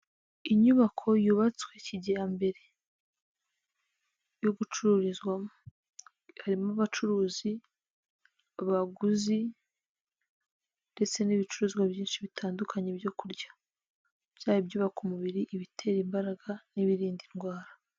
Inyubako yubatswe kijyambere yo gucururizwamo, harimo abacuruzi, abaguzi, ndetse n'ibicuruzwa byinshi bitandukanye byokurya. Ibyubaka umubiri, ibitera imbaraga, n'ibirinda indwara.